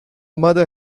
mother